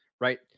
right